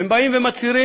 והם באים ומצהירים: